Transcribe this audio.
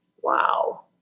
Wow